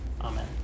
Amen